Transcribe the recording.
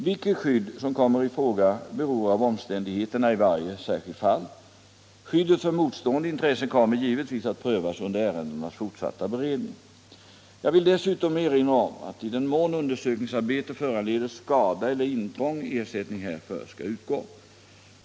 | Vilket skydd som kommer i fråga beror av omständigheterna i varje | särskilt fall. Skyddet för motstående intressen kommer givetvis att prövas | under ärendenas fortsatta beredning. Jag vill dessutom erinra om att härför skall utgå.